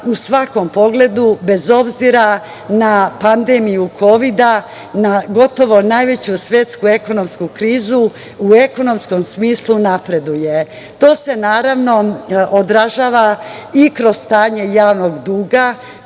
u svakom pogledu bez obzira na pandemiju Kovida, na gotovo najveću svetsku ekonomsku krizu, u ekonomsku smislu napreduje. To se odražava i kroz stanje javnog duga,